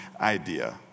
idea